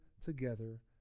together